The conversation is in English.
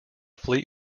fleet